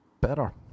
better